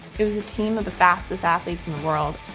it was a team of the fastest athletes in the world.